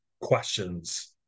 questions